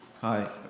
Hi